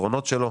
החסרונות שלו.